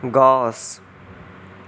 গছ